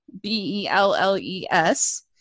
B-E-L-L-E-S